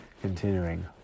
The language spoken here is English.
continuing